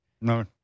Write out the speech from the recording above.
No